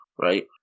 right